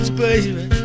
baby